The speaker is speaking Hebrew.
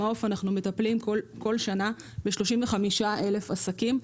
אנחנו ב"מעוף" מטפלים כל שנה ב-35,000 עסקים.